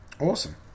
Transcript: awesome